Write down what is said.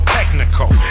technical